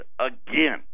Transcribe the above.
again